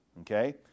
okay